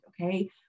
okay